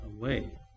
away